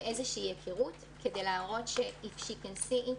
ואיזושהי היכרות כדי להראותIf She Can See It,